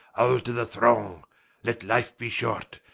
ile to the throng let life be short,